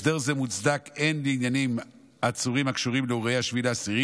הסדר זה מוצדק הן לענייני עצורים הקשורים באירועי 7 באוקטובר